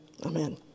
Amen